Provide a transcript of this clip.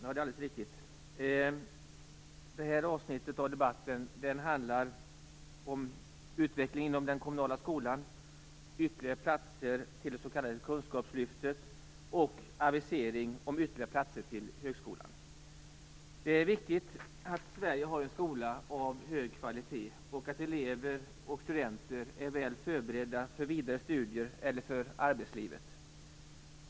Herr talman! Det här avsnittet av debatten handlar om utvecklingen inom den kommunala skolan, ytterligare platser till det s.k. kunskapslyftet och avisering om ytterligare platser till högskolan. Det är viktigt att Sverige har en skola av hög kvalitet och att elever och studenter är väl förberedda för vidare studier eller för arbetslivet.